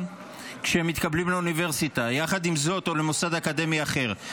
כשהם מתקבלים לאוניברסיטה או למוסד אקדמי אחר.